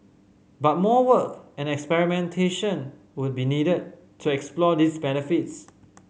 but more work and experimentation would be needed to explore these benefits